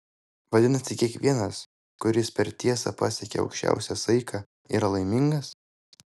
vadinasi kiekvienas kuris per tiesą pasiekia aukščiausią saiką yra laimingas